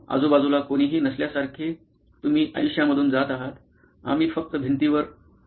आजूबाजूला कोणीही नसल्यासारखे तुम्ही आयुष्यामधून जात आहात आम्ही फक्त भिंतीवर उडत आहोत